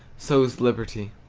so's liberty.